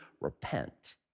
Repent